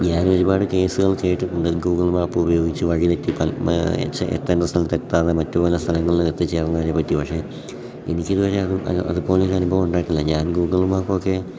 ഞാൻ ഒരുപാട് കേസുകൾ കേട്ടിട്ടുണ്ട് ഗൂഗിൾ മാപ്പ് ഉപയോഗിച്ച് വഴിതെറ്റി എത്തേണ്ട സ്ഥലത്ത് എത്താതെ മറ്റു പല സ്ഥലങ്ങളിൽ എത്തിച്ചേർന്നതിനെ പറ്റി പക്ഷെ എനിക്കിതുവരെ അത് അതുപോലെ ഒരു അനുഭവം ഉണ്ടായിട്ടില്ല ഞാൻ ഗൂഗിൾ മാപ്പ് ഒക്കെ